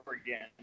again